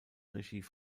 regie